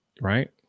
Right